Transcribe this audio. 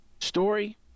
Story